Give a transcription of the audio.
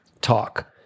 talk